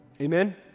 Amen